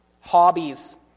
hobbies